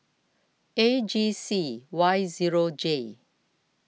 A G C Y zero J